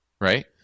right